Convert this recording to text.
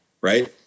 right